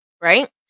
right